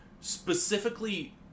specifically